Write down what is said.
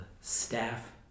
staff